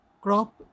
crop